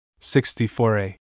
64a